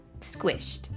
squished